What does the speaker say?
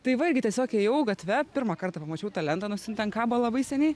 tai va irgi tiesiog ėjau gatve pirmą kartą pamačiau tą lentą nors jin ten kabo labai seniai